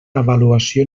avaluació